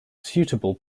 suitable